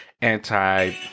anti